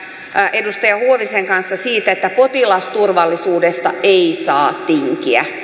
edustaja huovisen kanssa siitä että potilasturvallisuudesta ei saa tinkiä niin